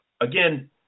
again